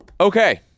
okay